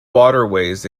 waterways